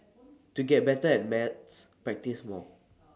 to get better at maths practise more